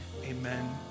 amen